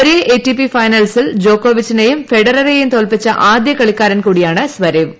ഒരേ എടിപി ഫൈനൽസിൽ ജോക്കോവിച്ചിനെയും ഫെഡററെയും തോൽപ്പിച്ച ആദ്യ കളിക്കാരൻ കൂടിയാണ് സ്വരേവ്